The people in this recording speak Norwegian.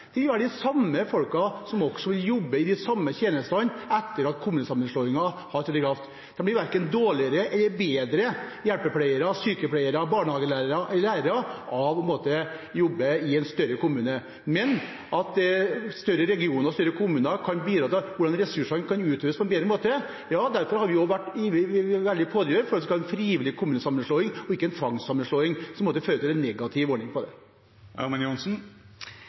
som gjør en god jobb for alle sine innbyggere og alle dem som trenger hjelp – være de samme folkene som vil jobbe i de samme tjenestene etter at kommunesammenslåingen har trådt i kraft. De blir verken dårligere eller bedre hjelpepleiere, sykepleiere, barnehagelærere eller lærere av å måtte jobbe i en større kommune. Men større regioner og større kommuner kan bidra til at ressursene kan utnyttes på en bedre måte. Derfor har vi vært en veldig sterk pådriver for en frivillig kommunesammenslåing, ikke en tvangssammenslåing, som fører til en negativ ordning.